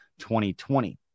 2020